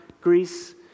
Greece